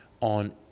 on